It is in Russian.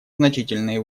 значительные